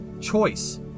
choice